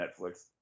Netflix